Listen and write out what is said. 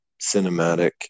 cinematic